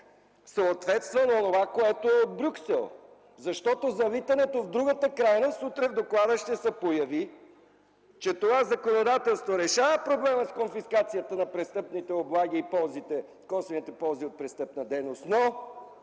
съответства на онова, което е от Брюксел. От залитането в другата крайност утре в доклада ще се появи и че това законодателство решава проблема с конфискацията на престъпните облаги и косвените ползи от престъпна дейност,